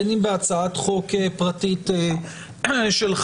בין אם בהצעת חוק פרטית שלך,